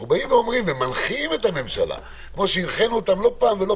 אנחנו מנחים את הממשלה, כפי